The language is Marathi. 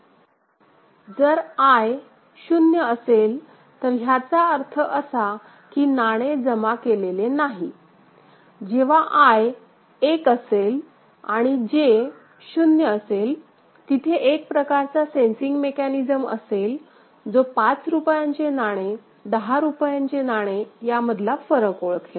जर I 0 असेल तर ह्याचा अर्थ असा कि नाणे जमा केलेले नाही जेव्हा I 1 असेल आणि J 0 असेल तिथे एक प्रकारचा सेन्सिंग मेकॅनिझम असेल जो पाच रुपयाचे नाणे दहा रुपयांची नाणे या मधला फरक ओळखेल